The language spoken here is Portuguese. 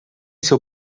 seu